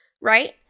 right